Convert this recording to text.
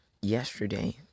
yesterday